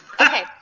Okay